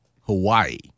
Hawaii